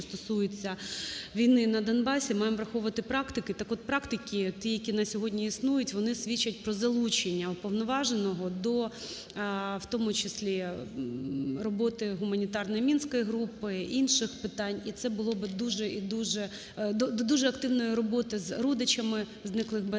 стосується війни на Донбасі, маємо враховувати практики. Так от практики ті, які на сьогодні існують, вони свідчать про залучення уповноваженого до в тому числі роботи гуманітарної мінської групи, інших питань, і це було б дуже і дуже… до дуже активної роботи з родичами зниклих